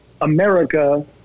America